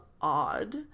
odd